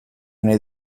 nahi